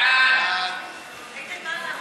סעיפים 1 3